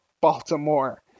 Baltimore